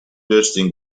bursting